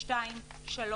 (2), (3),